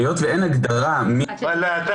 והיועצת המשפטית של הוועדה נעשה אחרי